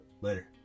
Later